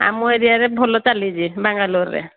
ଆମ ଏରିଆରେ ଭଲ ଚାଲିଛି ବାଙ୍ଗାଲୋରରେ